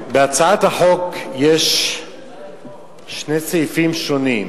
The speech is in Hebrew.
בהצעת החוק יש שני סעיפים שונים,